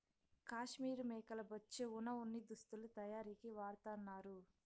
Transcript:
కాశ్మీర్ మేకల బొచ్చే వున ఉన్ని దుస్తులు తయారీకి వాడతన్నారు